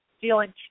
feeling